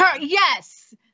Yes